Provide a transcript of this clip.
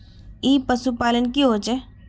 ई पशुपालन की होचे?